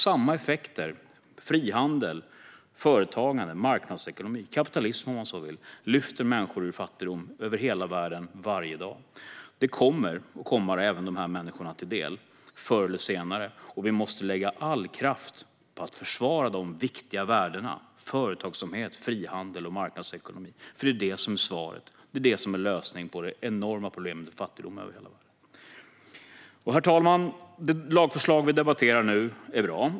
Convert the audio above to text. Samma effekter - frihandel, företagande, marknadsekonomi, kapitalism, om man så vill - lyfter människor ur fattigdom över hela världen varje dag. Det kommer förr eller senare att komma även dessa människor till del, och vi måste lägga all kraft på att försvara de viktiga värdena: företagsamhet, frihandel och marknadsekonomi. Det är detta som är lösningen på det enorma problemet med fattigdom över hela världen. Herr talman! Det lagförslag vi nu debatterar är bra.